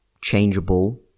changeable